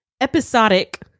episodic